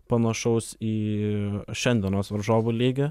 panašaus į šiandienos varžovų lygį